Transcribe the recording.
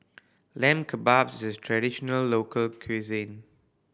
Lamb Kebabs is a traditional local cuisine